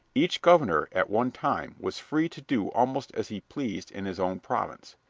each governor, at one time, was free to do almost as he pleased in his own province.